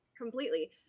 completely